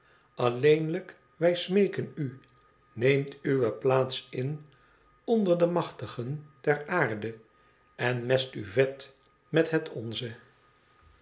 alleenlijk wij smeeken u neemt uwe plaats m onder de machtigen der aarde en mest u vet met het onzel